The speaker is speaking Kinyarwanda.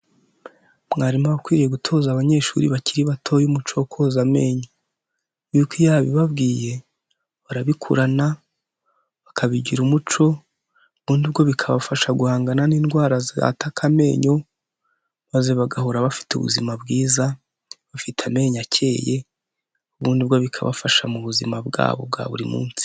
Mwarimu aba akwiye gutoza abanyeshuri bakiri bato umuco koza amenyo, kuko iyo abibabwiye barabikurana bakabigira umuco ubundi bwo bikabafasha guhangana n'indwara zataka amenyo, maze bagahora bafite ubuzima bwiza bafite amenyo akeye, ubundi bwo bikabafasha mu buzima bwabo bwa buri munsi.